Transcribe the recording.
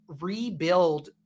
rebuild